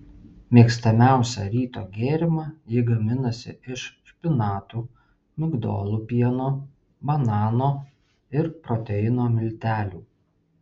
mėgstamiausią ryto gėrimą ji gaminasi iš špinatų migdolų pieno banano ir proteino miltelių